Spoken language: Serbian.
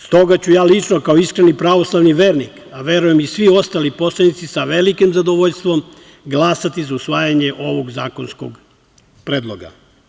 Stoga ću ja lično kao iskreni pravoslavni vernik, a verujem i svi ostali poslanici, sa velikim zadovoljstvom glasati za usvajanje ovog zakonskog predloga.